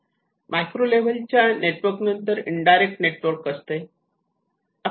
micro level च्या network नंतर indirect network असते